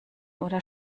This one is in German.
oder